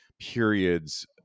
periods